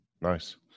Nice